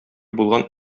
булган